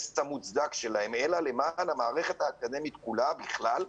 המוצדק שלהם אלא למען המערכת האקדמית כולה בכלל,